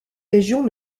région